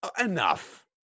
enough